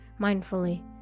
mindfully